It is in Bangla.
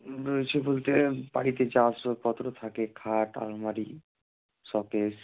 রয়েছে বলতে বাড়িতে যা আসবাবপত্র থাকে খাট আলমারি শোকেস